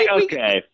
Okay